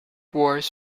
wars